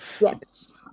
Yes